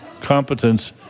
competence